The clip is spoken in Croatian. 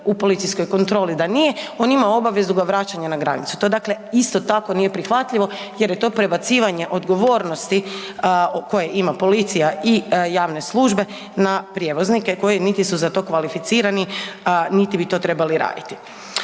u policijskoj kontroli da nije, on ima obavezu ga vraćanja na granicu, to dakle isto tako nije prihvatljivo jer je to prebacivanje odgovornosti koje ima policija i javne službe na prijevoznike koji niti su za to kvalificirani niti bi to trebali raditi.